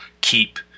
keep